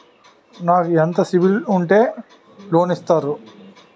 నాకు ఎంత సిబిఐఎల్ ఉంటే లోన్ ఇస్తారు?